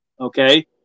okay